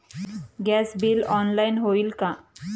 Gas bill online होईल का?